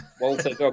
Walter